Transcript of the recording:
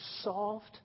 soft